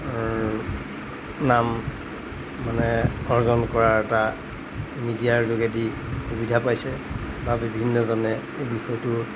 নাম মানে অৰ্জন কৰাৰ এটা মিডিয়াৰ যোগেদি সুবিধা পাইছে বা বিভিন্নজনে এই বিষয়টো